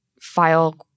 file